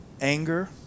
Anger